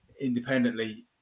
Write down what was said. independently